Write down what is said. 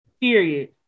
Period